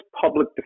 public